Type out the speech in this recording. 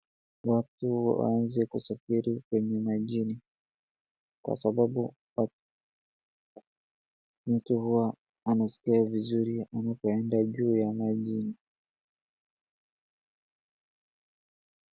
Watu waanze kusafiri kwenye majini, kwa sababu mtu huwa anaskia vizuri anapoenda juu ya majini.